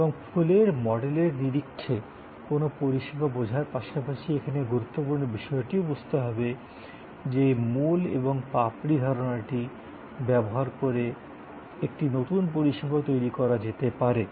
এবং ফুলের মডেলের নিরিখে কোনও পরিষেবা বোঝার পাশাপাশি এখানে গুরুত্বপূর্ণ বিষয়টিও বুঝতে হবে যে এই মূল এবং পাপড়ি ধারণাটি ব্যবহার করে একটি নতুন পরিষেবা তৈরি করা যেতে পারে